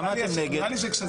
למה אתם נגד?